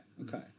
okay